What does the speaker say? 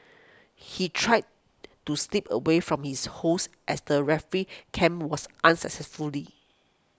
he tried to slip away from his hosts as the refugee camp was unsuccessfully